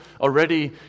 already